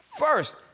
First